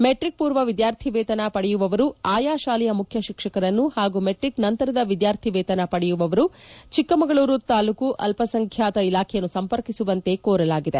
metric ಮೂರ್ವ ವಿದ್ವಾರ್ಥಿ ವೇತನ ಪಡೆಯುವವರು ಆಯಾ ಶಾಲೆಯ ಮುಖ್ಯ ಶಿಕ್ಷಕರನ್ನು ಪಾಗೂ ಮೆಟ್ರಿಕ್ ನಂತರದ ವಿದ್ದಾರ್ಥಿ ವೇತನ ಪಡೆಯುವವರು ಚಿಕ್ಕಮಗಳೂರು ತಾಲೂಕು ಅಲ್ಲಸಂಖ್ಡಾತ ಇಲಾಖೆಯನ್ನು ಸಂಪರ್ಕಿಸುವಂತೆ ಕೋರಲಾಗಿದೆ